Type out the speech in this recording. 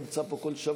אני כן נמצא פה כל שבוע,